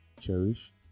cherish